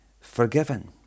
forgiven